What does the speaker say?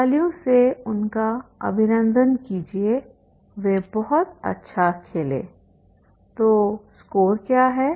तालियों से उनका अभिनंदन कीजिए वे बहुत अच्छा खेले तो स्कोर क्या है